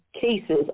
cases